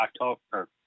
October